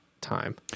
time